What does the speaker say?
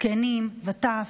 זקנים וטף,